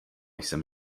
jsem